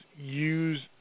use